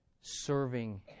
serving